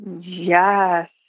Yes